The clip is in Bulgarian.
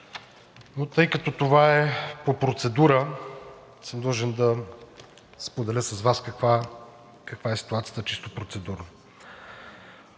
но тъй като това е по процедура, длъжен съм да споделя с Вас каква е ситуацията чисто процедурно.